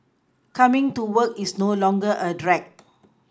coming to work is no longer a drag